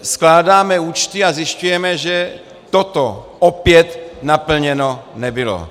Skládáme účty a zjišťujeme, že toto opět naplněno nebylo.